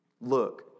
Look